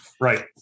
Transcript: right